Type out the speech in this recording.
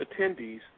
attendees